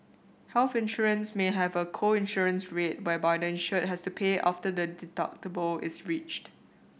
health insurance may have a co insurance rate whereby the insured has to pay after the deductible is reached